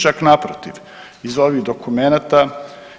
Čak naprotiv, iz ovih dokumenata